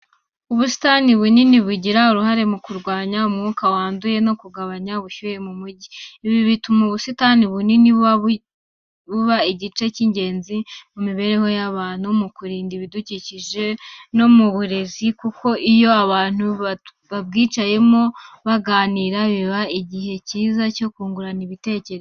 Ubusitani bunini bugira uruhare mu kurwanya umwuka wanduye no kugabanya ubushyuhe mu mijyi. Ibi bituma ubusitani bunini buba igice cy'ingenzi mu mibereho y'abantu, mu kurinda ibidukikije no mu burezi kuko iyo abantu babwicayemo baganira, biba ari igihe cyiza cyo kungurana ibitekerezo.